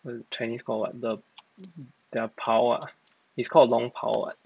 the chinese call what the their 袍 ah it's called 龙袍 [what]